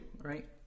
right